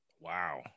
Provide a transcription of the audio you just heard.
Wow